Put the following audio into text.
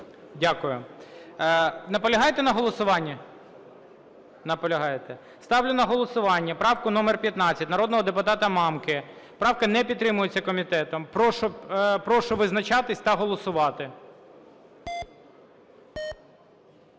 Дякую. Наполягаєте на голосуванні? Наполягаєте. Ставлю на голосування правку номер 15 народного депутата Мамки. Правка не підтримується комітетом. Прошу визначатися та голосувати.